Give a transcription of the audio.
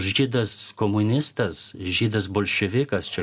žydas komunistas žydas bolševikas čia